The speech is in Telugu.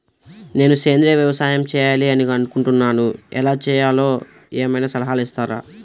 నేను సేంద్రియ వ్యవసాయం చేయాలి అని అనుకుంటున్నాను, ఎలా చేయాలో ఏమయినా సలహాలు ఇస్తారా?